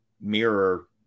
mirror